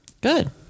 Good